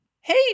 Hey